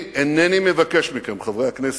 חברי הכנסת,